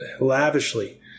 lavishly